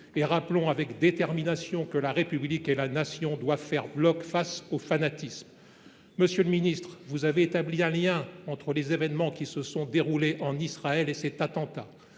Rappelons avec détermination que la République et la Nation doivent faire bloc face au fanatisme. Monsieur le ministre, vous avez établi un lien entre les événements qui se sont déroulés en Israël et cet attentat.